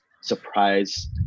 surprise